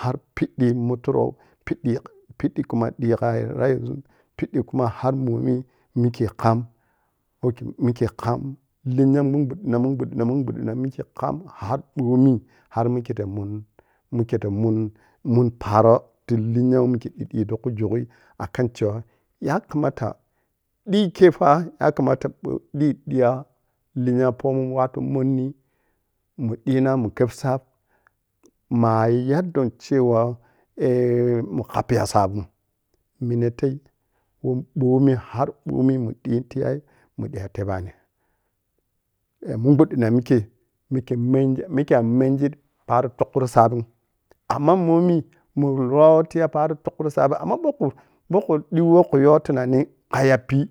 Har piɓɓi muturo piɓɓi kha piɓɓi khuma ɓi kha raizun piɓɓi khuma har momi mikhe kham ok mikhu kham lenya mun gbuchina mun ghudina mun gbuddina mikhe ta mun mikhe ta mun mikhe ɓiɓigh takhu jughu akan cema yakaɓi khefa yakamata ɓi ɓiya linya pomowatu monni mu ɓina mu keb sab ma yaddon cema eh mu kappo ya sabidhi minete koh bomi har bomi munɓitiya muɓiya tebbani eh mugbu chin mikhe mikhe mengi mikhe a mengi paro tukhuro sabin amma momi munrho diya paro tukhuro sabin amma momi munrho ɓiya paro tuchuro sabi amma lepok kpoku ɓin woh khuyo tunani kayapi,